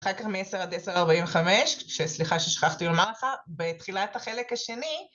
אחר כך מ-10 עד 10.45, שסליחה ששכחתי לומר לך, בתחילת החלק השני....